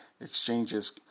exchanges